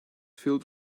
filled